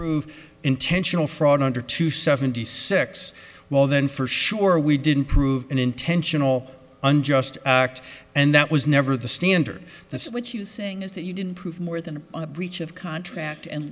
prove intentional fraud under two seventy six well then for sure we didn't prove an intentional unjust act and that was never the standard that's what you saying is the you didn't prove more than a breach of contract and